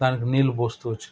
దానికి నీళ్ళు పోస్తు వచ్చినాను